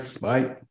Bye